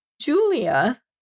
Julia